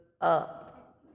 up